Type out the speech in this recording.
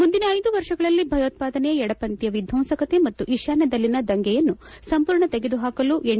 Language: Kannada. ಮುಂದಿನ ಐದು ವರ್ಷಗಳಲ್ಲಿ ಭಯೋತ್ಸಾದನೆ ಎಡಪಂಥೀಯ ವಿಧ್ಯಂಸಕತೆ ಮತ್ತು ಈಶಾನ್ಯದಲ್ಲಿನ ದಂಗೆಯನ್ನು ಸಂಪೂರ್ಣ ತೊಡೆದುಹಾಕಲು ಎನ್